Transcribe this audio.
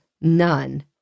none